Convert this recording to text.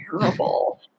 terrible